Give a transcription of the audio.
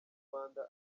rwanda